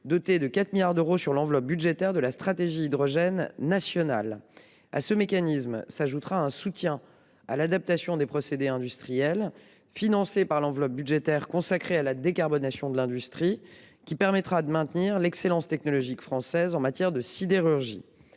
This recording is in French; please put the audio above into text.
doté de 4 milliards d’euros, une somme prise sur l’enveloppe budgétaire de la stratégie nationale hydrogène. À ce mécanisme s’ajoutera un soutien à l’adaptation des procédés industriels, financé par l’enveloppe budgétaire consacrée à la décarbonation de l’industrie, qui permettra de maintenir l’excellence technologique française en matière de sidérurgie.